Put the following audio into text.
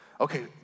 Okay